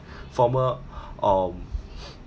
former um